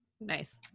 nice